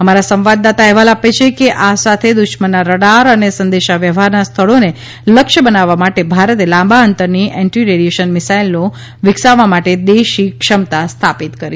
અમારા સંવાદદાતા અહેવાલ આપે છે કેઆ સાથે દુશ્મનના રડાર અને સંદેશા વ્યવહારના સ્થળોને લક્ષ્ય બનાવવા માટે ભારતે લાંબા અંતરની એન્ટી રેડિએશન મિસાઇલો વિકસાવવા માટે દેશી ક્ષમતા સ્થાપિત કરીછે